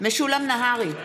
משולם נהרי,